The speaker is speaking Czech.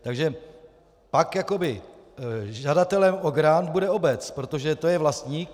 Takže pak jakoby žadatelem o grant bude obec, protože ta je vlastník.